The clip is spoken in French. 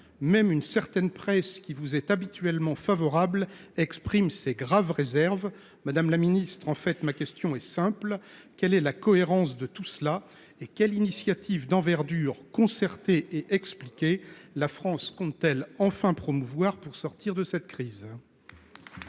Même une certaine presse, qui vous est habituellement favorable, exprime ses graves réserves. Monsieur le ministre, ma question est simple : quelle cohérence dans tout cela ? Quelle initiative d’envergure, concertée et expliquée, la France compte t elle enfin promouvoir pour sortir de cette crise ?